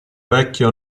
vecchio